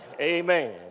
Amen